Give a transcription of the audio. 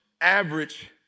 average